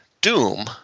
Doom